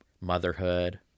motherhood